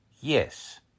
Yes